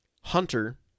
Hunter